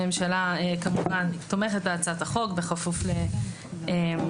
הממשלה כמובן תומכת בהצעת החוק בכפוף לקידום